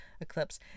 eclipse